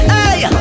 Hey